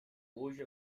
hoje